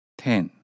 ten